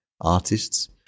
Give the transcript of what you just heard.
artists